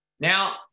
Now